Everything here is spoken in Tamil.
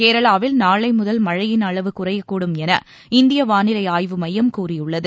கேரளாவில் நாளை முதல் மழையின் அளவு குறையக் கூடும் என இந்திய வானிலை ஆய்வு மையம் கூறியுள்ளது